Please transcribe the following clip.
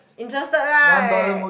interested right